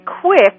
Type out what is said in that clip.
quick